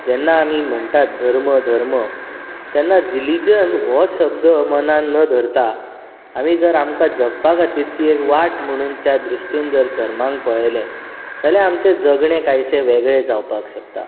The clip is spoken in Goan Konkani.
जेन्ना आमी म्हणटात धर्म धर्म तेन्ना रिलीजन हो शब्द मनांत न धरता आमी जर आमकां जगपा खातीरची एक वाट म्हणून त्या दृश्टीन जर धर्माक पळयलें जाल्यार आमचें जगणें कायशें वेगळें जावपाक शकता